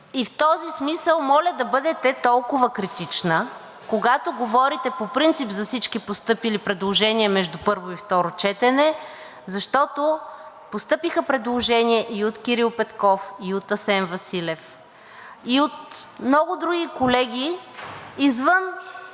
И в този смисъл моля да бъдете толкова критична, когато говорите по принцип за всички постъпили предложения между първо и второ четене, защото постъпиха предложения и от Кирил Петков, и от Асен Василев, и от много други колеги извън